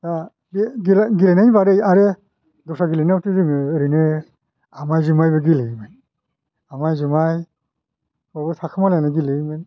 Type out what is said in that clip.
बे गिला गेलेनायनि बादै आरो दस्रा गेलेनायावथ' जेबो ओरैनो आमाय जुमायबो गेलेयोमोन आमाय जुमाय बावबो थाखोमालायनाय गेलेयोमोन